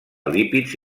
lípids